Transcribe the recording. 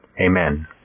Amen